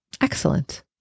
Excellent